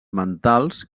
mentals